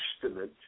Testament